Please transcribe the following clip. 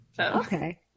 Okay